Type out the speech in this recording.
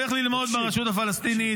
הוא הולך ללמוד ברשות הפלסטינית,